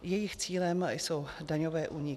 Jejich cílem jsou daňové úniky.